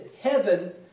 heaven